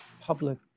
public